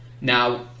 Now